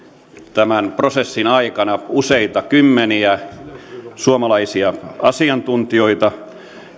tämän prosessin aikana useita kymmeniä suomalaisia asiantuntijoita